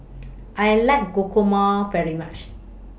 I like Guacamole very much